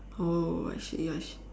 oh I see I see